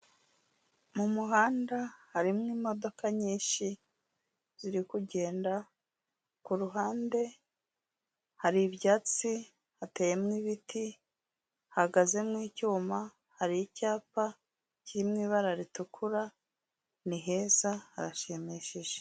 Mu muhanda harimo imodoka nyinshi, ziri kugenda, kuruhande hari ibyatsi, hateyemo ibiti, hahagazemo icyuma, hari icyapa kirimo ibara ritukura, ni heza harashimishije.